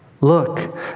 Look